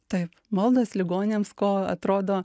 taip maldos ligoniams ko atrodo